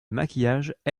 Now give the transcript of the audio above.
maquillage